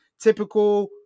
Typical